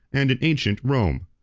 and in ancient, rome.